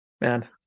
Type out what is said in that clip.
Man